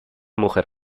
mujer